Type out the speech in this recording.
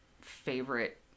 favorite